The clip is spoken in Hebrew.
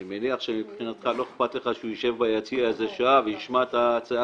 אני מניח שמבחינתך לא אכפת לך שהוא ישב ביציע איזה שעה וישמע את הצעקות.